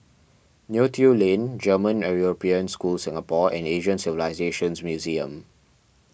Neo Tiew Lane German European School Singapore and Asian Civilisations Museum